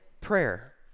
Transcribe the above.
prayer